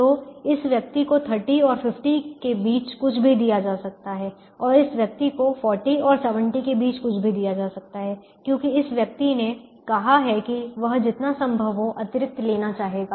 तो इस व्यक्ति को 30 और 50 के बीच कुछ भी दिया जा सकता है और इस व्यक्ति को 40 और 70 के बीच कुछ भी दिया जा सकता है क्योंकि इस व्यक्ति ने कहा है कि वह जितना संभव हो अतिरिक्त लेना चाहेगा